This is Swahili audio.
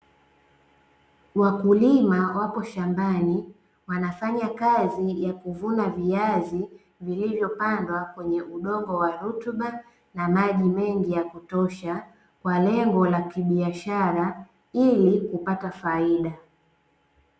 Wakulima wako shambani wanafanya kazi ya kuvuna viazi, vilivyopandwa kwenye udongo wa rutuba na maji mengi ya kutosha, kwa lengo la kibiashara, ili kupata faida.